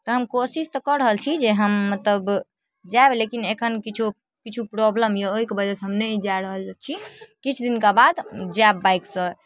तैँ हम कोशिश तऽ कऽ रहल छी जे हम मतलब जायब लेकिन एखन किछो किछो प्रॉब्लम यए ओहिके वजहसँ हम नहि जा रहल छी किछु दिनका बाद जायब बाइकसँ